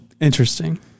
Interesting